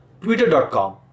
twitter.com